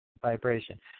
vibration